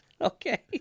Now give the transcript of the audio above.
Okay